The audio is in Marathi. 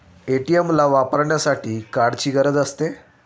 ए.टी.एम ला वापरण्यासाठी कार्डची गरज असते